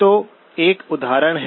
तो एक उदाहरण है